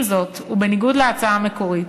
עם זאת, ובניגוד להצעה המקורית,